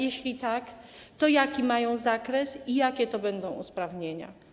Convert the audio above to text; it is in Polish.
Jeśli tak, to jaki mają zakres i jakie to będą usprawnienia?